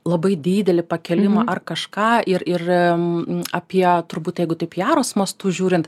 labai didelį pakilimą ar kažką ir ir apie turbūt jeigu taip jaros mastu žiūrint